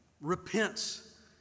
repents